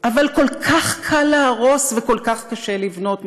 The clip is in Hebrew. אבל כל כך קל להרוס וכל כך קשה לבנות,